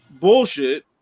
bullshit